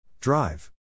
Drive